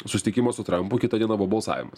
susitikimo su trampu kitą dieną po balsavimas